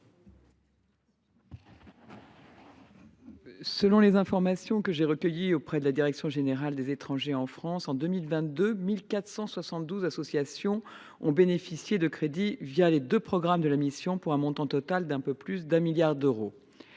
Selon les informations que j’ai recueillies auprès de la direction générale des étrangers en France, en 2022, 1 472 associations ont bénéficié de crédits les deux programmes de la mission, pour un montant total d’un peu plus de 1 milliard d’euros.